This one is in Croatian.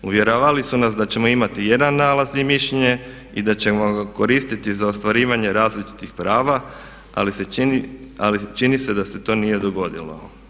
Uvjeravali su nas da ćemo imati jedan nalaz i mišljenje i da ćemo ga koristiti za ostvarivanje različitih prava ali se čini da se to nije dogodilo.